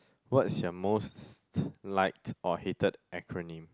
what's your most like or hated acronym